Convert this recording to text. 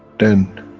then,